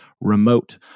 remote